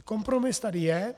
Kompromis tady je.